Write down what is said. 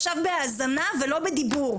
אותה --- את עכשיו בהאזנה ולא בדיבור,